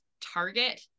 target